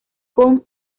con